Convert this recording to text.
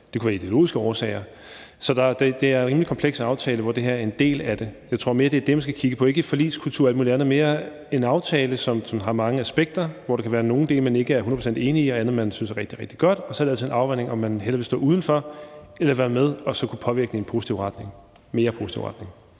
til at være med i. Så det er en rimelig kompleks aftale, som det her er en del af. Jeg tror mere, det er det, man skal kigge på. Det handler ikke om forligskultur og alt muligt andet; det er en aftale, som har mange aspekter, hvor der kan være nogle dele, man ikke er hundrede procent enig i, og andet, man synes er rigtig godt, og så er det altid en afvejning, om man hellere vil stå udenfor, eller om man vil være med og så kunne påvirke den i en mere positiv retning.